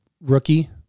Rookie